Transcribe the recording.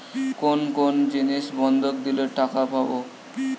কোন কোন জিনিস বন্ধক দিলে টাকা পাব?